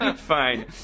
fine